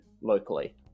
locally